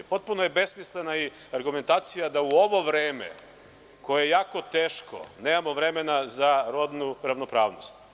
Potpuno je besmislena i argumentacija da u ovo vreme, koje je jako teško, nemamo vremena za rodnu ravnopravnost.